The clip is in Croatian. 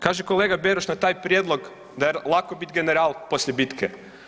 Kaže kolega Beroš na taj prijedlog da je lako bit general poslije bitke.